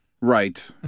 Right